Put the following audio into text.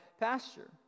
pasture